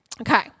Okay